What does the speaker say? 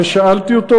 ושאלתי אותו,